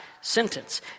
sentence